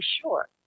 sure